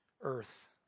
earth